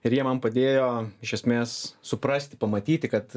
ir jie man padėjo iš esmės suprasti pamatyti kad